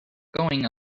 going